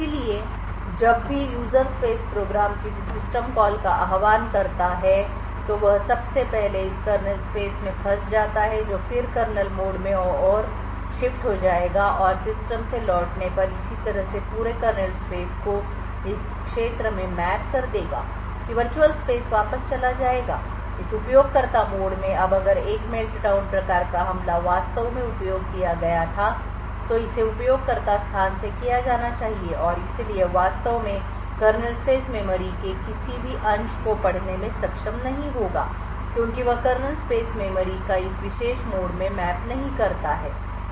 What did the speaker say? इसलिए जब भी यूजर स्पेस प्रोग्राम किसी सिस्टम कॉल का आह्वान करता है तो वह सबसे पहले इस कर्नेल स्पेस में फंस जाता है जो फिर कर्नेल मोड में और शिफ्ट हो जाएगा और सिस्टम से लौटने पर इसी तरह से पूरे कर्नेल स्पेस को इस क्षेत्र में मैप कर देगा कि वर्चुअल स्पेस वापस चला जाएगा इस उपयोगकर्ता मोड में अब अगर एक मेल्टडाउन प्रकार का हमला वास्तव में उपयोग किया गया था तो इसे उपयोगकर्ता स्थान से किया जाना चाहिए और इसलिए वास्तव में कर्नेल स्पेस मेमोरी के किसी भी अंश को पढ़ने में सक्षम नहीं होगा क्योंकि वह कर्नेल स्पेस मेमोरी को इस विशेष मोड में मैप नहीं करता है